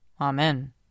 Amen